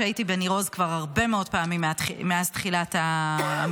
הייתי בניר עוז הרבה מאוד פעמים מאז תחילת המלחמה.